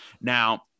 Now